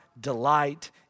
delight